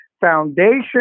Foundation